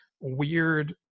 weird